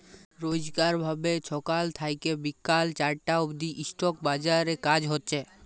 রইজকার ভাবে ছকাল থ্যাইকে বিকাল চারটা অব্দি ইস্টক বাজারে কাজ হছে